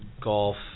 golf